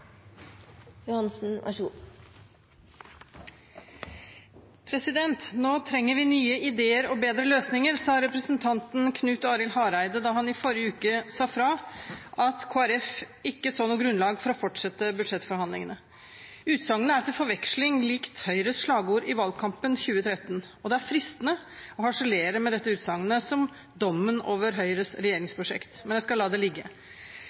Folkeparti ikke så noe grunnlag for å fortsette budsjettforhandlingene. Utsagnet er til forveksling likt Høyres slagord i valgkampen i 2013, og det er fristende å harselere med dette utsagnet, som dommen over Høyres regjeringsprosjekt. Men jeg skal la det ligge.